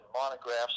monographs